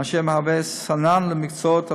אשר מהווה סנן למקצועות הבריאות,